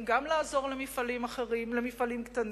גם לעזור למפעלים קטנים,